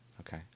okay